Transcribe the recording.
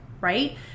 Right